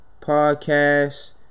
Podcast